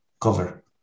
cover